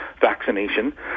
vaccination